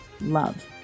Love